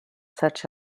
such